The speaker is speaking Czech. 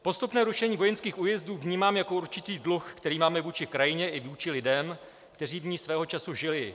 Postupné rušení vojenských újezdů vnímám jako určitý dluh, který máme vůči krajině i vůči lidem, kteří v ní svého času žili.